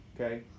Okay